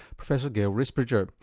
professor gail risbridger.